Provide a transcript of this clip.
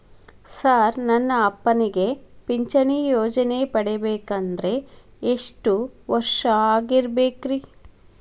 Sir ನನ್ನ ಅಪ್ಪನಿಗೆ ಪಿಂಚಿಣಿ ಯೋಜನೆ ಪಡೆಯಬೇಕಂದ್ರೆ ಎಷ್ಟು ವರ್ಷಾಗಿರಬೇಕ್ರಿ?